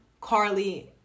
Carly